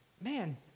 man